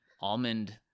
almond